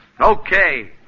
Okay